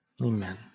Amen